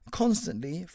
constantly